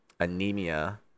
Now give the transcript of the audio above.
anemia